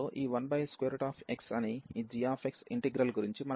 ఈ సందర్భంలో ఈ 1x అని ఈ gx ఇంటిగ్రల్ గురించి మనకు తెలుసు